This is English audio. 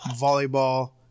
volleyball